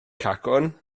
cacwn